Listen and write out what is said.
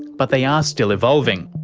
but they are still evolving.